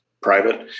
private